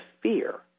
fear